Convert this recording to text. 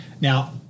Now